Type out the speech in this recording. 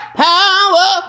power